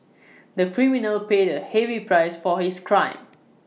the criminal paid A heavy prices for his crime